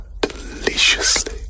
deliciously